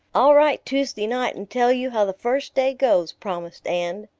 i'll write tuesday night and tell you how the first day goes, promised anne.